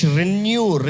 renew